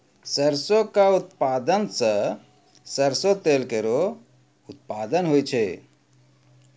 सरसों क उत्पादन सें सरसों तेल केरो उत्पादन होय छै